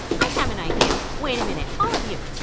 i have an idea. wait a minute, all of you.